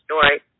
story